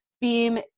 BEAM